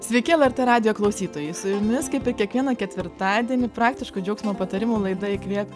sveiki lrt radijo klausytojai su jumis kaip ir kiekvieną ketvirtadienį praktiško džiaugsmo patarimų laida įkvėpk